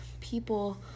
people